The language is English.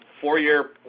four-year